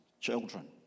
children